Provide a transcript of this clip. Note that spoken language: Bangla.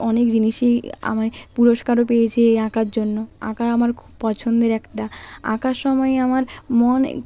অনেক জিনিসই আমি পুরস্কারও পেয়েছি এই আঁকার জন্য আঁকা আমার খুব পছন্দের একটা আঁকার সময় আমার মন